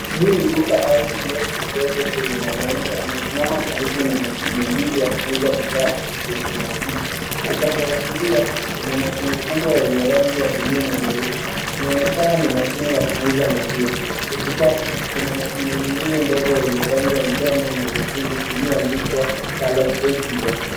Hii ni duka au kiosk kidogo chenye mwanamke amesimama karibu na mashine mbili ya kuuza bidhaa iliyootomatiki. Upande wa kulia kuna mashine kubwa yenye rangi ya buluu na nyeupe. Inaonekana ni mashine ya kuuza maziwa. Katikati, kuna mashine nyingine ndogo yenye rangi ya njano na nyekundu iliyoandikwa salad ATM .